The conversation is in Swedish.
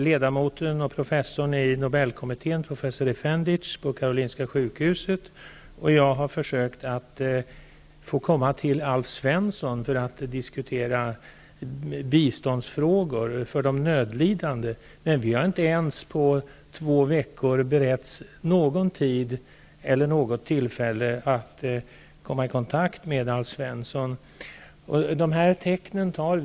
Ledamoten och professorn i Nobelkommittén, professor Efendic på Karolinska sjukhuset, och jag har försökt att få komma till Alf Svensson för att diskutera frågan om bistånd för de nödlidande, men vi har inte beretts någon tid eller något tillfälle att komma i kontakt med Alf Svensson på två veckor.